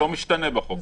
לא משתנה בחוק הזה.